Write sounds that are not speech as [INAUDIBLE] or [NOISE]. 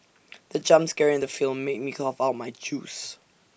[NOISE] the jump scare in the film made me cough out my juice